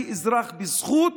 אני אזרח בזכות.